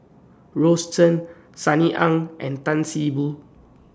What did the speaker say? Rose Chan Sunny Ang and Tan See Boo